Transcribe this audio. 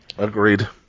Agreed